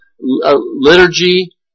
liturgy